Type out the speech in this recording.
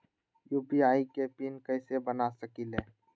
UPI के PIN कैसे बना सकीले?